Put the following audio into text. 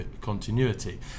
continuity